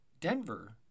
Denver